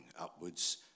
upwards